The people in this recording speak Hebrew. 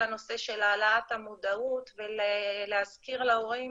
הנושא של העלאת המודעות ולהזכיר להורים